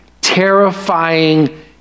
Terrifying